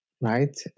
right